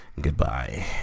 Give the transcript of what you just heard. goodbye